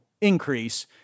increase